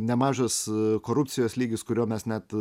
nemažas korupcijos lygis kurio mes net